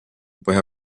põhja